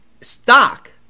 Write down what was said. stock